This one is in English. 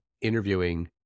interviewing